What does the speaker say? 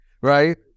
right